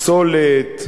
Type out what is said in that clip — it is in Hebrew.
פסולת,